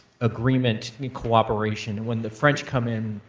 agreement and cooperation. and when the french come in,